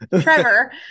Trevor